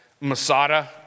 Masada